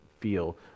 feel